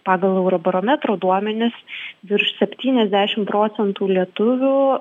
pagal eurobarometro duomenis virš septyniasdešimt procentų lietuvių